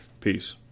Peace